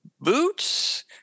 boots